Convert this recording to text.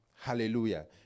Hallelujah